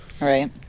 right